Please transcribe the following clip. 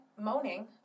moaning